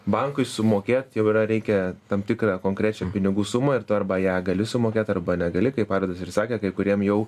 bankui sumokėt jau yra reikia tam tikrą konkrečią pinigų sumą ir tu arba ją gali sumokėt arba negali kaip arvydas ir sakė kai kuriem jau